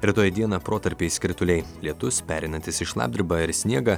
rytoj dieną protarpiais krituliai lietus pereinantis į šlapdribą ir sniegą